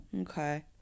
Okay